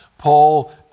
Paul